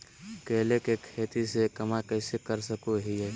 केले के खेती से कमाई कैसे कर सकय हयय?